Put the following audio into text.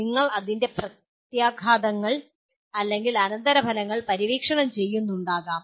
നിങ്ങൾ അതിന്റെ പ്രത്യാഘാതങ്ങൾ അല്ലെങ്കിൽ അനന്തരഫലങ്ങൾ പര്യവേക്ഷണം ചെയ്യുന്നുണ്ടാകാം